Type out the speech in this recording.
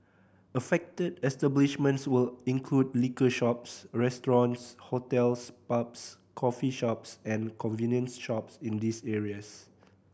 affected establishments will include liquor shops restaurants hotels pubs coffee shops and convenience shops in these areas